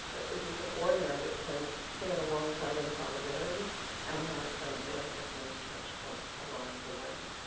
if we can organize, it can stand alongside in solidarity and have some intersecting touch points along the way.